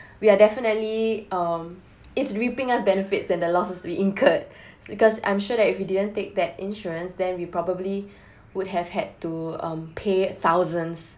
we are definitely um is reaping us benefits than the losses we incurred because I'm sure that if we didn't take that insurance then we probably would have had to um pay thousands